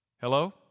Hello